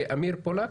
אמיר פולק